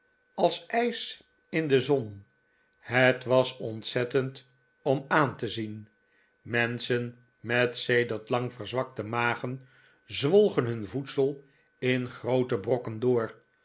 als ijs in de zon het was ontzettend om aan te zien menschen met sedert lang verzwakte magen zwolgen hun voedsel in groote brokken door